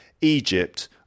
Egypt